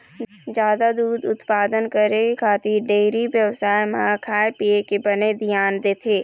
जादा दूद उत्पादन करे खातिर डेयरी बेवसाय म खाए पिए के बने धियान देथे